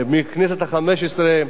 מהכנסת החמש-עשרה,